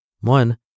One